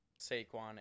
saquon